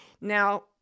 Now